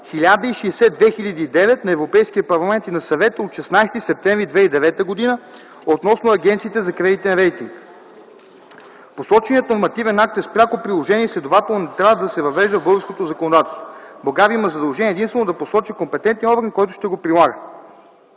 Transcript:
1060/2009 на Европейския парламент и на Съвета от 16 септември 2009 г. относно агенциите за кредитен рейтинг. Посоченият нормативен акт е с пряко приложение и следователно не трябва да се въвежда в българското законодателство. България има задължение единствено да посочи компетентния орган, който ще го прилага.